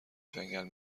جنگل